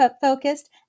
focused